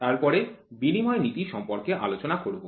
তারপরে বিনিময় নীতি সম্পর্কে আলোচনা করব